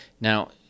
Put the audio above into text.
Now